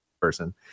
person